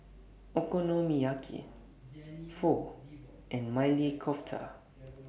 Okonomiyaki Pho and Maili Kofta